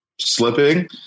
slipping